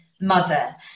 mother